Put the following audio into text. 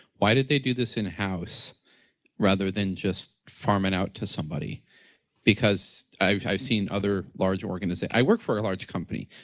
why did they do this inhouse rather than just farm it out to somebody because i've i've seen other larger organization i work for a large company,